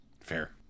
Fair